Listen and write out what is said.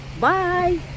Bye